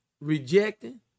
rejecting